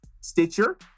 Stitcher